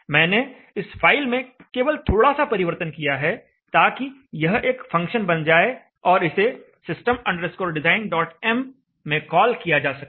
मैंने इस फाइल में केवल थोड़ा सा परिवर्तन किया है ताकि यह एक फंक्शन बन जाए और इसे system designm में कॉल किया जा सके